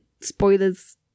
spoilers